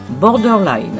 Borderline